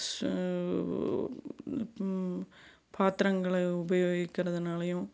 சு பாத்திரங்கள உபயோகிக்கிறதுனாலேயும்